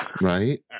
Right